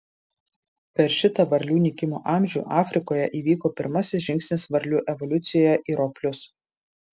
per šitą varlių nykimo amžių afrikoje įvyko pirmasis žingsnis varlių evoliucijoje į roplius